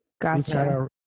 Gotcha